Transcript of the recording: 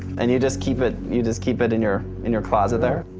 and you just keep it. you just keep it in your in your closet there?